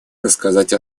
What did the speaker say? рассказать